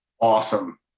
Awesome